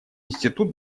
институт